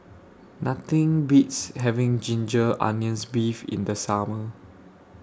Nothing Beats having Ginger Onions Beef in The Summer